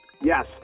Yes